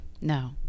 No